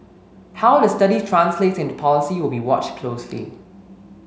how the study translates into policy will be watched closely